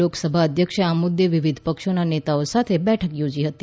લોકસભા અધ્યક્ષે આ મુદ્દે વિવિધ પક્ષોના નેતાઓ સાથે બેઠકો યોજી હતી